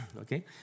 okay